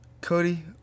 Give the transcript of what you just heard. Cody